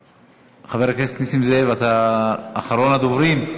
חבר הכנסת נסים זאב, אתה אחרון הדוברים?